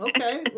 Okay